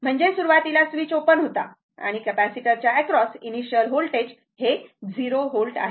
म्हणजे सुरुवातीला switch open होता आणि कॅपेसिटरच्या एक्रॉस इनिशिअल व्होल्टेज हे 0 आहे